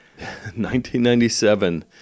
1997